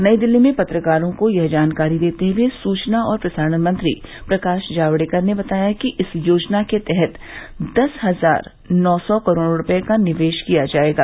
नई दिल्ली में पत्रकारों को यह जानकारी देते हुए सूचना और प्रसारण मंत्री प्रकाश जावड़ेकर ने बताया कि इस योजना के तहत दस हजार नौ सौ करोड़ रुपये का निवेश किया जाएगा